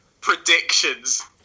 predictions